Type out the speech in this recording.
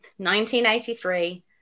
1983